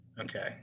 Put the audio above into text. okay